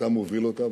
ואתה מוביל אותה.